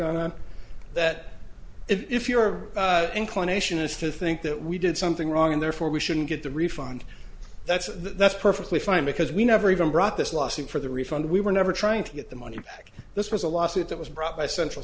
on that if your inclination is to think that we did something wrong and therefore we shouldn't get the refund that's that's perfectly fine because we never even brought this lawsuit for the refund we were never trying to get the money back this was a lawsuit that was brought by central